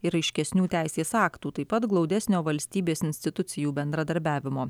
ir aiškesnių teisės aktų taip pat glaudesnio valstybės institucijų bendradarbiavimo